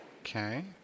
Okay